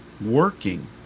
working